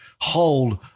hold